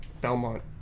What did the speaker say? Belmont